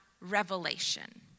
revelation